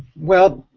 well,